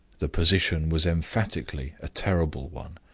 the position was emphatically a terrible one.